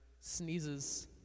sneezes